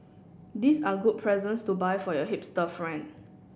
these are good presents to buy for your hipster friend